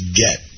get